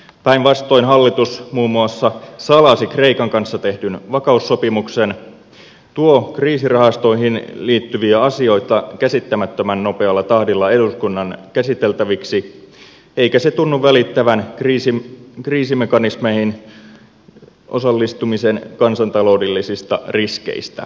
päinvastoin hallitus muun muassa salasi kreikan kanssa tehdyn vakaussopimuksen tuo kriisirahastoihin liittyviä asioita käsittämättömän nopealla tahdilla eduskunnan käsiteltäviksi eikä se tunnu välittävän kriisimekanismeihin osallistumisen kansantaloudellisista riskeistä